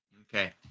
Okay